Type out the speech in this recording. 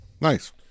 nice